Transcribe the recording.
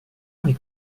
avec